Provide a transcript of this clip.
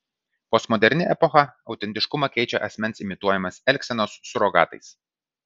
postmoderni epocha autentiškumą keičia asmens imituojamais elgsenos surogatais